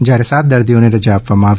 જયારે સાત દર્દીઓને રજા આપવામાં આવી